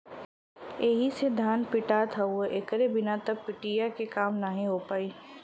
एही से धान पिटात हउवे एकरे बिना त पिटिया के काम नाहीं हो पाई